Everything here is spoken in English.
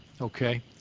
Okay